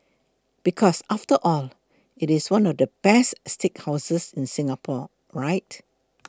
because after all it is one of the best steakhouses in Singapore right